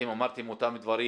אתם אמרתם אותם דברים,